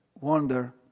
wonder